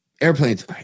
airplanes